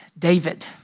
David